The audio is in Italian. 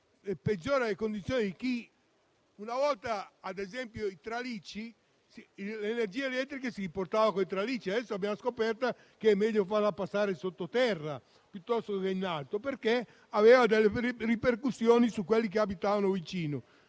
una volta l'energia elettrica si trasportava coi tralicci, e adesso abbiamo scoperto che è meglio farla passare sotto terra piuttosto che in alto, perché determina delle ripercussioni su quelli che abita nelle vicinanze.